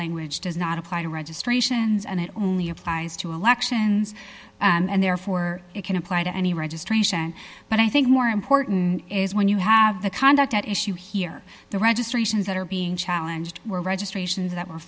language does not apply to registrations and it only applies to elections and therefore it can apply to any registration but i think more important is when you have the conduct at issue here the registrations that are being challenged were registrations that were